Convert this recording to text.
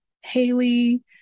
Haley